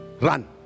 Run